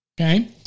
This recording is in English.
Okay